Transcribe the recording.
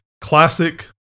classic